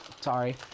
Sorry